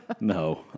no